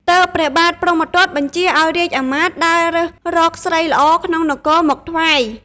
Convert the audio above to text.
ទើបព្រះបាទព្រហ្មទត្តបញ្ជាឱ្យរាជ្យអាមាត្យដើររើសរកស្រីល្អក្នុងនគរមកថ្វាយ។